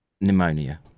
pneumonia